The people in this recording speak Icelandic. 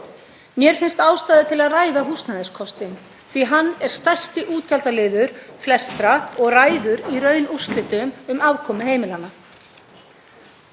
Mér finnst ástæða til að ræða húsnæðiskostnaðinn því að hann er stærsti útgjaldaliður flestra og ræður í raun úrslitum um afkomu heimilanna.